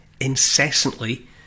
incessantly